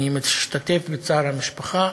אני משתתף בצער המשפחה,